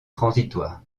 transitoire